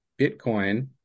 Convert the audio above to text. Bitcoin